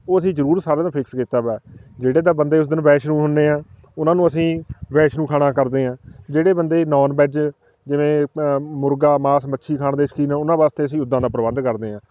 ਉਹ ਅਸੀਂ ਜ਼ਰੂਰ ਸਾਰਿਆਂ ਦਾ ਫਿਕਸ ਕੀਤਾ ਵਾ ਜਿਹੜੇ ਤਾਂ ਬੰਦੇ ਉਸ ਦਿਨ ਵੈਸ਼ਨੋ ਹੁੰਦੇ ਆਂ ਉਹਨਾਂ ਨੂੰ ਅਸੀਂ ਵੈਸ਼ਨੂੰ ਖਾਣਾ ਕਰਦੇ ਹਾਂ ਜਿਹੜੇ ਬੰਦੇ ਨੋਨ ਵੈੱਜ ਜਿਵੇਂ ਮੁਰਗਾ ਮਾਸ ਮੱਛੀ ਖਾਣ ਦੇ ਸ਼ੌਕੀਨ ਆ ਉਹਨਾਂ ਵਾਸਤੇ ਅਸੀਂ ਉੱਦਾਂ ਦਾ ਪ੍ਰਬੰਧ ਕਰਦੇ ਹਾਂ